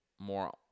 more